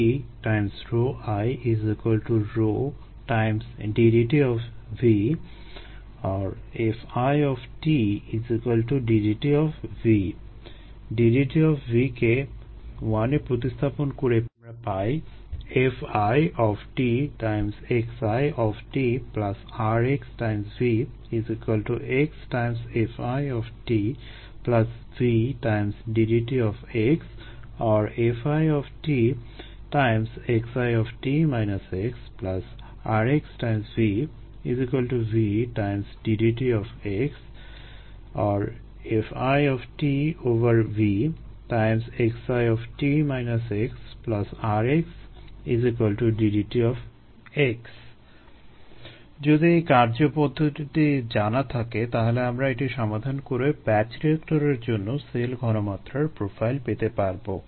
Fitiρddt Fitddt ddt কে এ প্রতিস্থাপন করে আমরা পাই FitxitrxVxFit Vddt Fitxit xrxV Vddt FitVxit xrx ddt যদি এই কার্যপদ্ধতিটি জানা থাকে তাহলে আমরা এটি সমাধান করে ব্যাচ রিয়েক্টরের জন্য সেল ঘনমাত্রার প্রোফাইল পেতে পারবো